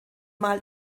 mal